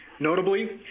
Notably